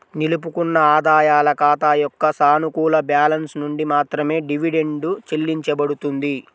నిలుపుకున్న ఆదాయాల ఖాతా యొక్క సానుకూల బ్యాలెన్స్ నుండి మాత్రమే డివిడెండ్ చెల్లించబడుతుంది